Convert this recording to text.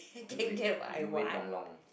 you wait you wait long long